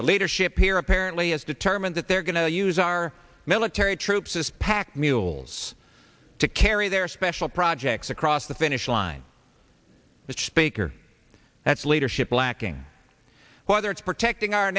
the leadership here apparently is determined that they're going to use our military troops as pack mules to carry their special projects across the finish line which baker that's leadership lacking whether it's protecting our